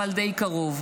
אבל די קרוב.